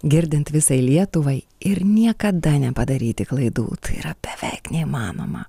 girdint visai lietuvai ir niekada nepadaryti klaidų tai yra beveik neįmanoma